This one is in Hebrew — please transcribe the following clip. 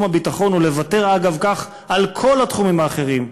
הביטחון ולוותר אגב כך על כל התחומים האחרים,